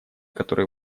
который